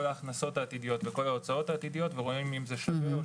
ההכנסות העתידיות וכל ההוצאות העתידיות ורואים אם זה שווה או